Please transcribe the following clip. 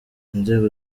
inzego